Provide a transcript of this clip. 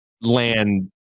land